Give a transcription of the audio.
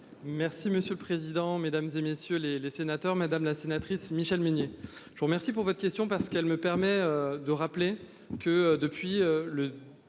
Merci monsieur le président, Mesdames, et messieurs les les sénateurs, madame la sénatrice Michèle Meunier. Je vous remercie pour votre question parce qu'elle me permet de rappeler que depuis le